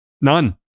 None